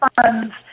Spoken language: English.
funds